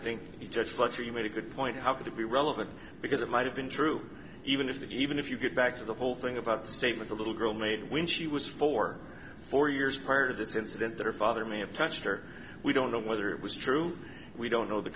think the judge but she made a good point how could it be relevant because it might have been true even if the even if you get back to the whole thing about the state with the little girl made when she was four four years prior to this incident that her father may have touched her we don't know whether it was true we don't know the